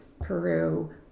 Peru